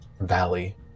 valley